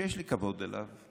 שיש לי כבוד אליו,